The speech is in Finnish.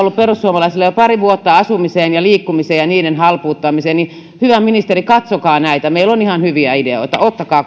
jo pari vuotta asumiseen ja liikkumiseen ja niiden halpuuttamiseen hyvä ministeri katsokaa näitä meillä on ihan hyviä ideoita ottakaa